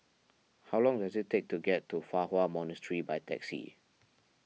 how long does it take to get to Fa Hua Monastery by taxi